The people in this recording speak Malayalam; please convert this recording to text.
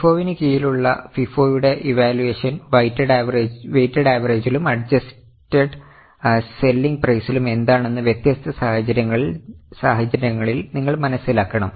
LIFO ന് കീഴിലുള്ള FIFO യുടെ ഇവാലുവേഷൻ വൈറ്റഡ് ആവരേജിലും പ്രൈസിലും എന്താണെന്ന് വ്യത്യസ്ത സാഹചര്യങ്ങളിൽ നിങ്ങൾ മനസിലാക്കണം